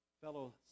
fellow